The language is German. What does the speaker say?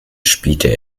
spielte